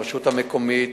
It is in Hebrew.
הרשות המקומית,